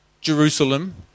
Jerusalem